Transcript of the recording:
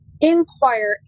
inquire